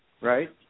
Right